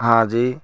हाँ जी